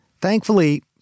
Thankfully